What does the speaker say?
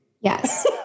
yes